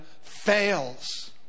fails